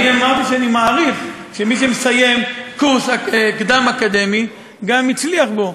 אני אמרתי שאני מעריך שמי שמסיים קורס קדם-אקדמי גם הצליח בו.